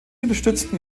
unterstützen